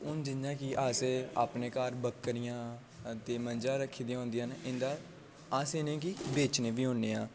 हून जि'यां की असें अपने घर बक्करियां ते मंजां रखी दियां होन्दियां न इ'न्दा अस इ'नें गी बेचने बी होने आं